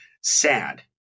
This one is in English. sad